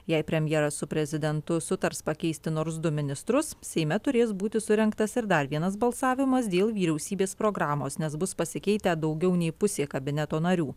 jei premjeras su prezidentu sutars pakeisti nors du ministrus seime turės būti surengtas ir dar vienas balsavimas dėl vyriausybės programos nes bus pasikeitę daugiau nei pusė kabineto narių